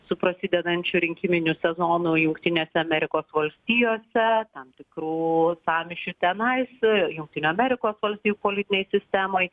su prasidedančiu rinkiminiu sezonu jungtinėse amerikos valstijose tam tikru sąmyšiu tenais jungtinių amerikos valstijų politinėj sistemoj